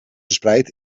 verspreid